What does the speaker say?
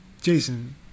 Jason